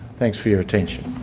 thanks for your attention.